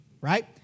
right